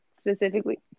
specifically